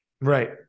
Right